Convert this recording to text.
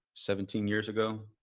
seventeen years ago.